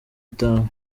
itanu